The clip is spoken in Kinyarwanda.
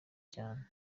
cyane